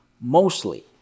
mostly